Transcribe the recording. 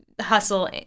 hustle